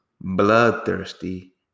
bloodthirsty